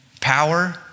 Power